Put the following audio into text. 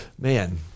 Man